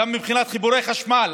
גם מבחינת חיבורי חשמל,